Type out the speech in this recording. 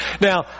Now